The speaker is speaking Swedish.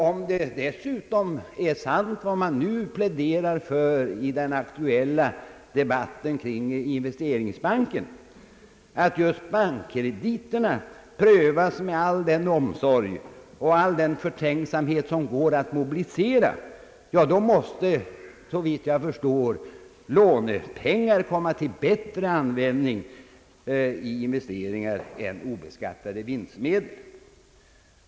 Om det är sant som man nu påstår i den aktuella debatten kring investeringsbanken, att just bankkrediterna prövas med all den omsorg och förtänksamhet som det går att mobilisera, ja, då måste lånepengar såvitt jag förstår komma till bättre användning än obeskattade vinstmedel, när det är fråga om investeringar.